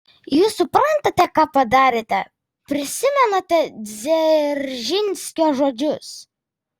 jūs suprantate ką padarėte prisimenate dzeržinskio žodžius